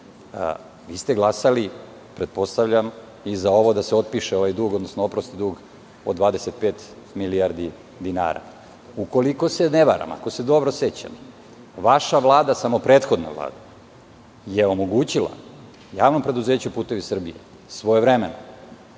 Vi ste glasali, pretpostavljam, i da se otpiše, odnosno oprosti dug od 25 milijardi dinara. Ukoliko se ne varam, ako se dobro sećam, vaša Vlada, samo prethodna Vlada, je omogućila JP Putevi Srbije svojevremeno,